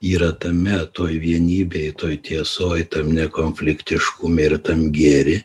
yra tame toj vienybėj toj tiesoj tarm nekonfliktiškume ir tam gėry